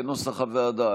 כנוסח הוועדה,